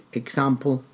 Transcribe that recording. example